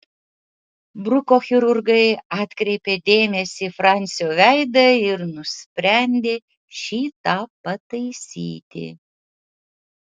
bruko chirurgai atkreipė dėmesį į fransio veidą ir nusprendė šį tą pataisyti